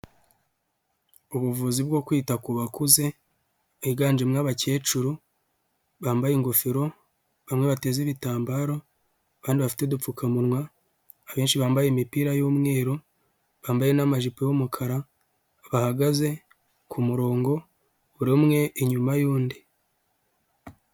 Ubuvuzi bwo kwita ku bakuze bwiganjemo abakecuru, bambaye ingofero, bamwe bateze ibitambaro kandi bafite udupfukamunwa, abenshi bambaye imipira y'umweru bambaye n'amajipo yumukara, bahagaze kumurongo uri umwe inyuma y'undi.